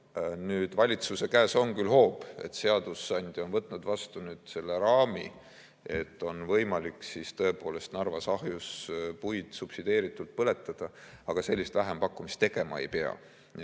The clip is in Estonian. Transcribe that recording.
halb. Valitsuse käes on küll hoob, et [kuigi] seadusandja on võtnud vastu selle raami, et on võimalik tõepoolest Narvas ahjus puid subsideeritult põletada, aga sellist vähempakkumist tegema ei pea.